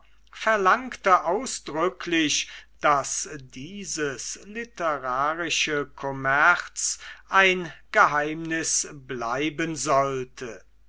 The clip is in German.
verlangte ausdrücklich daß dieses literarische kommerz ein geheimnis bleiben sollte